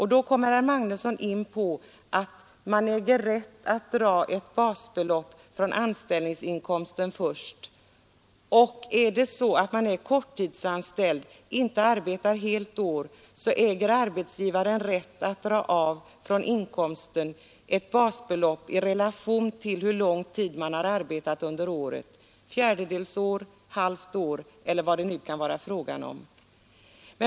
Här äger man rätt att först dra ett basbelopp från anställningsinkomsten. Har man korttidsanställning äger arbetsgivaren rätt att från inkomsten dra av ett basbelopp i relation till hur lång tid man har arbetat under året, en fjärdedel av året, halva året eller vilken tid det kan vara fråga om.